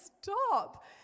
stop